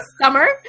summer